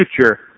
future